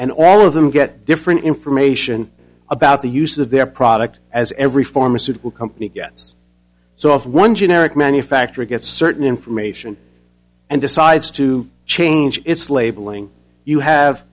and all of them get different information about the use of their product as every pharmaceutical company gets so if one generic manufacturer gets certain information and decides to change its labeling you have